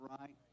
right